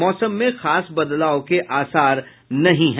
मौसम में खास बदलाव के आसार नहीं है